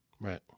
Right